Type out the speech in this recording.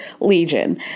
Legion